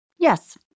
Yes